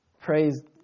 Praise